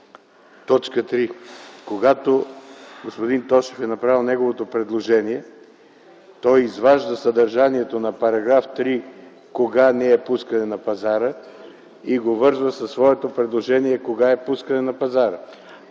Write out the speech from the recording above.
Точка 3. Когато господин Тошев е направил неговото предложение, той изважда съдържанието на § 3 – кога „не е пускане на пазара”, и го връзва със своето предложение – кога „е пускане на пазара”.